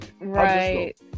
Right